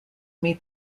meet